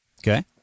okay